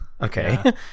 Okay